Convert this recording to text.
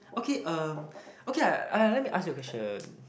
okay um okay I let me ask you a question